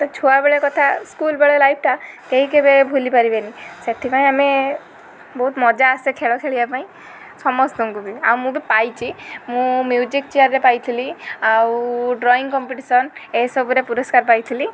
ତ ଛୁଆବେଳେ କଥା ସ୍କୁଲ ବେଳେ ଲାଇଫ୍ଟା କେହି କେବେ ଭୁଲି ପାରିବେନି ସେଥିପାଇଁ ଆମେ ବହୁତ ମଜା ଆସେ ଖେଳ ଖେଳିବା ପାଇଁ ସମସ୍ତଙ୍କୁ ବି ଆଉ ମୁଁ ବି ମୁଁ ବି ପାଇଛି ମୁଁ ମ୍ୟୁଜିକ୍ ଚେୟାର୍ରେ ପାଇଥିଲି ଆଉ ଡ୍ରଇଂ କମ୍ପିଟିସନ୍ ଏସବୁରେ ପୁରସ୍କାର ପାଇଥିଲି